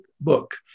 book